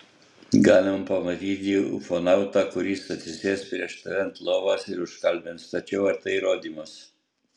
galima pamatyti ufonautą kuris atsisės prieš tave ant lovos ir užkalbins tačiau ar tai įrodymas